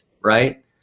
Right